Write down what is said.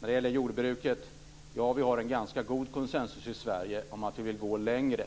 När det gäller jordbruket har vi en ganska god konsensus i Sverige om att vi vill gå längre.